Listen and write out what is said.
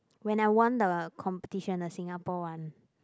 when I won the competition the Singapore one